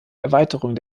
erweiterung